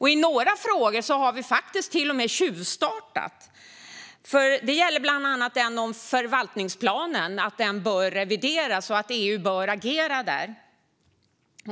I några frågor har vi till och med tjuvstartat. Det gäller bland annat den om att förvaltningsplanen bör revideras och att EU bör agera där.